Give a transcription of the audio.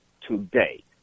today